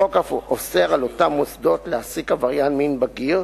החוק אף אוסר על אותם מוסדות להעסיק עבריין מין בגיר,